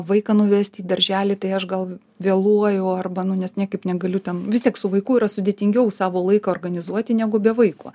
vaiką nuvesti į darželį tai aš gal vėluoju o arba nu nes niekaip negaliu ten vis tiek su vaiku yra sudėtingiau savo laiko organizuoti negu be vaiko